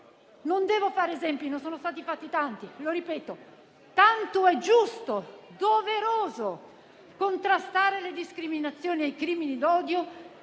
Non devo fare esempi, perché ne sono stati fatti tanti. Lo ripeto: tanto è giusto e doveroso contrastare le discriminazioni e i crimini d'odio,